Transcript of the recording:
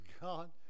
God